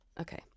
Okay